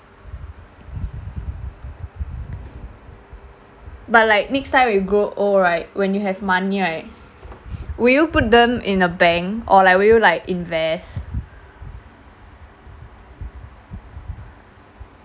but like next time you grow old right when you have money right will you put them in a bank or like will you like invest